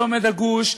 צומת הגוש,